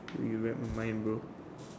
you read my mind bro